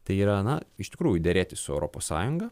tai yra na iš tikrųjų derėtis su europos sąjunga